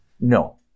No